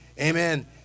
amen